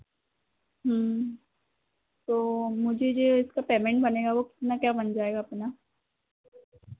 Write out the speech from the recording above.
तो मुझे जो है इसका पेमेंट बनेगा वो कितना क्या बन जाएगा अपना